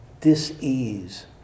dis-ease